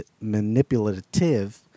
manipulative